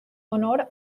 honor